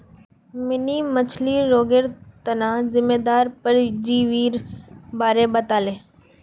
mini मछ्लीर रोगेर तना जिम्मेदार परजीवीर बारे बताले